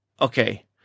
okay